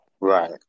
Right